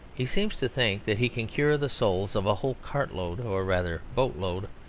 he seems to think that he can cure the souls of a whole cartload, or rather boatload,